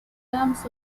accounts